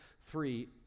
three